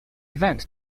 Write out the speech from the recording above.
event